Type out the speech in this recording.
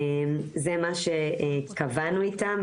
זה מה שקבענו איתם.